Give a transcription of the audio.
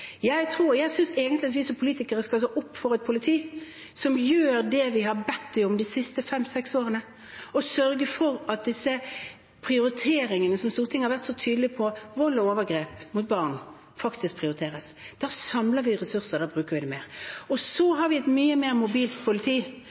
vi har bedt dem om de siste fem–seks årene: å sørge for at de prioriteringene som Stortinget har vært så tydelige på, vold og overgrep mot barn, faktisk prioriteres. Da samler vi ressurser, da bruker vi dem mer. Så har vi et mye mer mobilt politi,